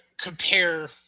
compare –